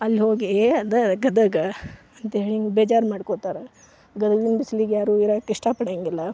ಅಲ್ಲಿ ಹೋಗಿ ಏ ಅಂದ್ರೆ ಗದಗ ಅಂತ್ಹೇಳಿ ಬೇಜಾರು ಮಾಡ್ಕೊತಾರೆ ಗದಗಿನ ಬಿಸ್ಲಿಗೆ ಯಾರೂ ಇರಕ್ಕೆ ಇಷ್ಟ ಪಡೋಂಗಿಲ್ಲ